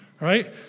right